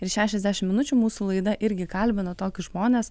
ir šešiasdešim minučių mūsų laida irgi kalbino tokius žmones